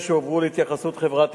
חבר הכנסת